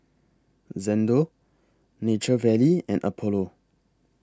Xndo Nature Valley and Apollo